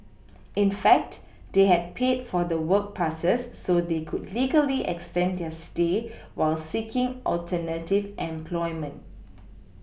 in fact they had paid for the work passes so they could legally extend their stay while seeking alternative employment